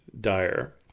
dire